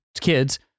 kids